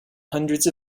hundreds